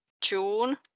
June